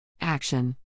Action